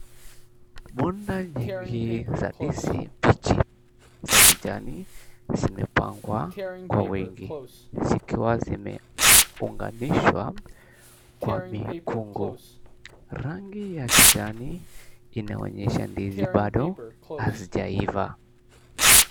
Bunda nyingi za ndizi mbichi za kijani zimepangwa kwa wingi, zikiwa zimeunganishwa kwa mikungu. Rangi ya kijani inaonyesha ndizi bado hazijaiva.